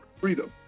Freedom